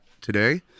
today